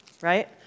right